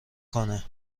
کنه